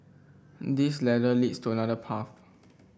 this ladder leads to another path